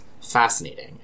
fascinating